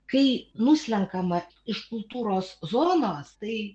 kai nuslenkama iš kultūros zonos tai